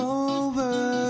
over